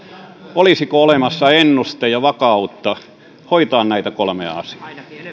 olisiko olemassa ennuste ja vakautta hoitaa näitä kolmea asiaa